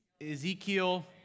Ezekiel